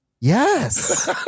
yes